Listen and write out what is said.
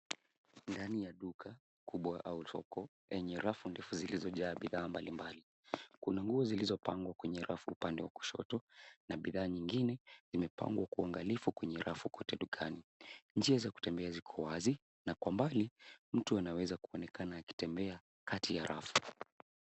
Ndani ya duka kubwa au soko yenye rafu ndefu zilizojaa bidhaa mbalimbali. Kuna nguo zilizopangwa kwenye rafu upande wa kushoto na bidhaa nyingine zimepangwa kwa uangalifu kwote dukani. Njia za kutembea ziko wazi na kwa mbali mtu anaweza kuonekana akitembea kati ya rafu.